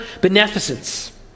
beneficence